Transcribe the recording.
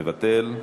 מבטל.